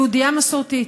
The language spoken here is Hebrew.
יהודייה מסורתית.